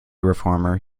reformer